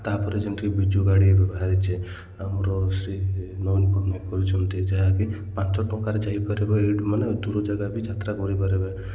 ତା'ପରେ ଯେମିତିକି ବିଜୁ ଗାଡ଼ି ଏବେ ବାହାରିଛି ଆମର ଶ୍ରୀ ନବୀନ ପଟ୍ଟନାୟକ କରିଛନ୍ତି ଯାହାକି ପାଞ୍ଚ ଟଙ୍କାରେ ଯାଇପାରିବ ଏଇଠୁ ମାନେ ଦୂର ଜାଗା ବି ଯାତ୍ରା କରିପାରିବେ